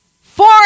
Four